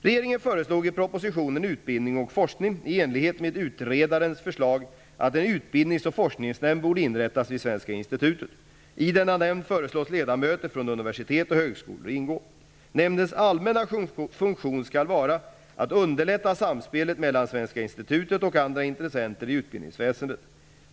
Regeringen föreslog i propositionen Utbildning och forskning , i enlighet med utredarens förslag, att en utbildnings och forskningsnämnd borde inrättas vid Svenska Institutet. I denna nämnd föreslås ledamöter från universitet och högskolor ingå. Nämndens allmänna funktion skall vara att underlätta samspelet mellan Svenska institutet och andra intressenter i utbildningsväsendet.